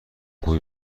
کپی